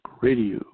Radio